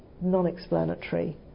non-explanatory